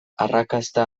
arrakasta